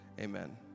amen